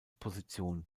position